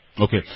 Okay